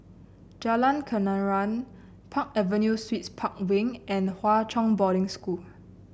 Jalan Kenarah Park Avenue Suites Park Wing and Hwa Chong Boarding School